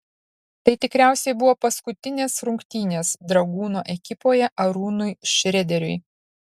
tai tikriausiai buvo paskutinės rungtynės dragūno ekipoje arūnui šrederiui